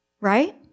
right